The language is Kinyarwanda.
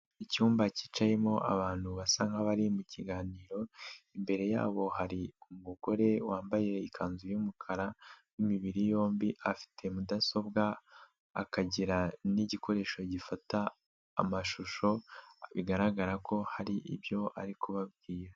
Icyumba cyicayemo abantu basa nkaho bari mu kiganiro, imbere yabo hari umugore wambaye ikanzu y'umukara w'imibiri yombi afite mudasobwa aka n'igikoresho gifata amashusho, bigaragara ko hari ibyo ari kubabwira.